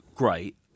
Great